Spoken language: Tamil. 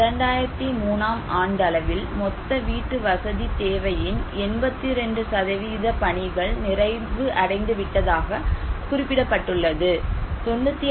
2003 ஆம் ஆண்டளவில் மொத்த வீட்டுவசதித் தேவையின் 82 பணிகள் நிறைவு அடைந்துவிட்டதாக குறிப்பிடப்பட்டுள்ளது